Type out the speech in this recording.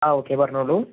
ആ ഓക്കെ പറഞ്ഞോളൂ